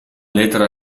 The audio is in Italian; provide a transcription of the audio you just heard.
lettera